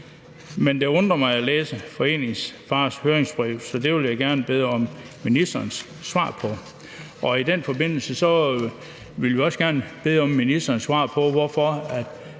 Men det undrer mig at læse Foreningen Fars høringsbrev, så det vil jeg gerne bede om ministerens svar på. Og i den forbindelse vil vi også gerne bede om ministerens svar på, hvorfor